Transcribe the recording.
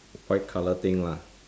white colour thing lah